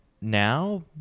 now